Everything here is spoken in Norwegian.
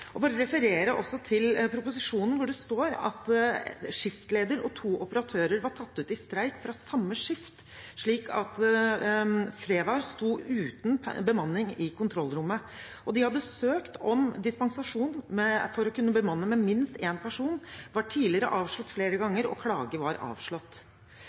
bare referere til proposisjonen, hvor det står at skiftlederen og to operatører var tatt ut i streik fra samme skift, slik at Frevar sto uten bemanning i kontrollrommet. De hadde søkt om dispensasjon for å kunne bemanne med minst én person. Det var tidligere avslått flere ganger, og klage var avslått.